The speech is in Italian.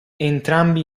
entrambi